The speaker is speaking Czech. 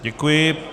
Děkuji.